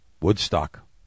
Woodstock